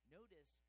notice